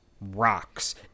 rocks